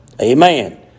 Amen